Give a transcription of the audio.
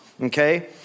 Okay